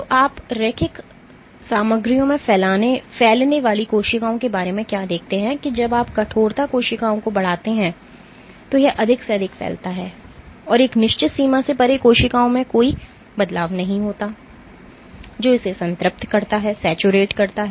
तो आप रैखिक सामग्रियों में फैलने वाली कोशिकाओं के बारे में क्या देखते हैं कि जब आप कठोरता कोशिकाओं को बढ़ाते हैं तो यह अधिक से अधिक फैलता है और एक निश्चित सीमा से परे कोशिकाओं में कोई बदलाव नहीं होता है जो इसे संतृप्त करता है